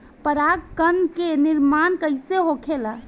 पराग कण क निर्माण कइसे होखेला?